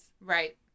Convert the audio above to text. Right